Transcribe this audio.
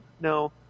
no